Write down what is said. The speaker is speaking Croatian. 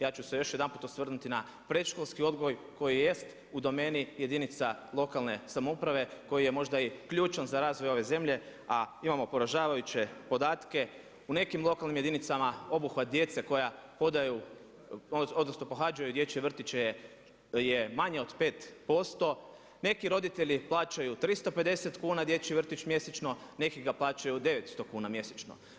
Ja ću se još jedanput osvrnuti na predškolski odgoj koji jest u domeni jedinica lokalne samouprave koji je možda ključan za razvoj ove zemlje, a imamo poražavajuće podatke u nekim lokalnim jedinicama obuhvat djece koja pohađaju dječje vrtiće je manje od 5%, neki roditelji plaćaju 350 kuna dječji vrtić mjesečno, neki ga plaćaju 900 kuna mjesečno.